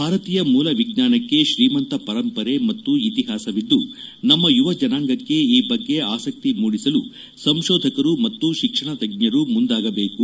ಭಾರತೀಯ ಮೂಲ ವಿಜ್ವಾನಕ್ಕೆ ಶ್ರೀಮಂತ ಪರಂಪರೆ ಮತ್ತು ಇತಿಹಾಸವಿದ್ದು ನಮ್ಮ ಯುವಜನಾಂಗಕ್ಕೆ ಈ ಬಗ್ಗೆ ಆಸಕ್ತಿ ಮೂಡಿಸಲು ಸಂಶೋಧಕರು ಮತ್ತು ಶಿಕ್ಷಣ ತಜ್ಞರು ಮುಂದಾಗಬೇಕು